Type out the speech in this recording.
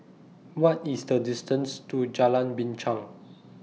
What IS The distance to Jalan Binchang